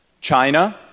China